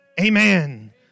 Amen